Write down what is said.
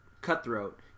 Cutthroat